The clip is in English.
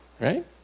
Right